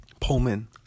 Pullman